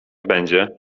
będzie